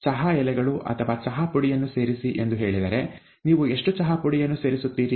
ಚಹಾ ಎಲೆಗಳು ಅಥವಾ ಚಹಾ ಪುಡಿಯನ್ನು ಸೇರಿಸಿ ಎಂದು ಹೇಳಿದರೆ ನೀವು ಎಷ್ಟು ಚಹಾ ಪುಡಿಯನ್ನು ಸೇರಿಸುತ್ತೀರಿ